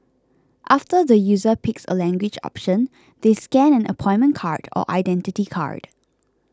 after the user picks a language option they scan an appointment card or Identity Card